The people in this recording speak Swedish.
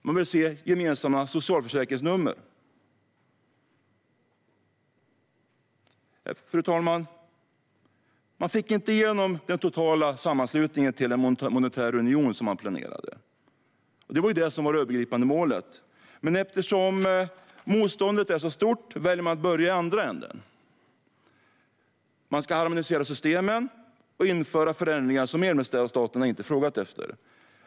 Man vill se gemensamma socialförsäkringsnummer. Fru talman! EU fick inte igenom den totala sammanslutningen till den monetära union som man planerade. Det var det som var det övergripande målet. Men eftersom motståndet är så stort väljer man att börja i andra ändan. Man ska harmonisera systemen och införa förändringar som medlemsstaterna inte har frågat efter.